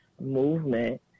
movement